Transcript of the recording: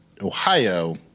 Ohio